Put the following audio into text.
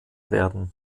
werden